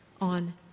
on